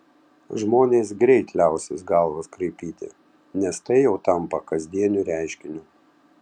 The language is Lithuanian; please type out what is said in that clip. žmonės greit liausis galvas kraipyti nes tai jau tampa kasdieniu reiškiniu